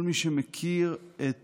כל מי שמכיר את